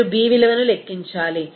మీరు బి విలువను లెక్కించాలి